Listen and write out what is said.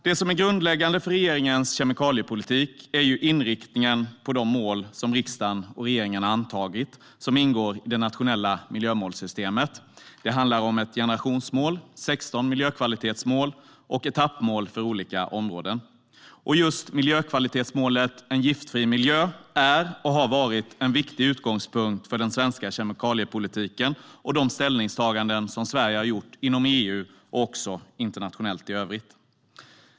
Det som är grundläggande för regeringens kemikaliepolitik är inriktningen på de mål som riksdagen och regeringen har antagit och som ingår i det nationella miljömålssystemet. Det består av ett generationsmål, 16 miljökvalitetsmål och etappmål för olika områden. Miljökvalitetsmålet Giftfri miljö är och har varit en viktig utgångspunkt för den svenska kemikaliepolitiken och de ställningstaganden som Sverige har gjort inom EU och internationellt i övrigt.